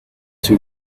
too